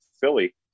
Philly